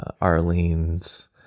Arlene's